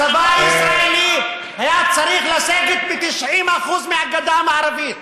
הצבא הישראלי היה צריך לסגת מ-90% מהגדה המערבית